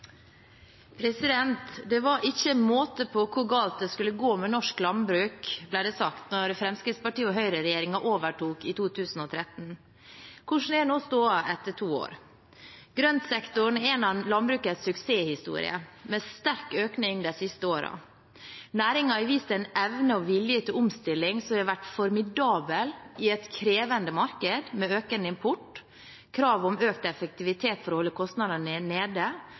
skulle gå med norsk landbruk, ble det sagt da Høyre–Fremskrittsparti-regjeringen overtok i 2013. Hvordan er nå stoda, etter to år? Grøntsektoren er en av landbrukets suksesshistorier, med sterk økning de siste årene. Næringen har vist en evne og vilje til omstilling som har vært formidabel i et krevende marked med økende import, krav om økt effektivitet for å holde kostnadene nede